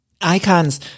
Icons